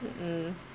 mmhmm